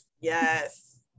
yes